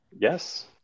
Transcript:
Yes